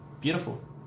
beautiful